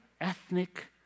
ethnic